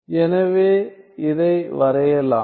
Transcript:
எனவே இதை வரையலாம்